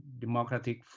democratic